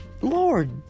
Lord